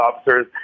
officers